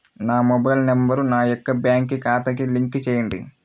నా mobile number నా యొక్క బ్యాంక్ ఖాతాకి లింక్ చేయండీ?